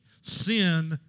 Sin